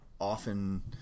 often